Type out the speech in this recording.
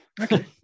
Okay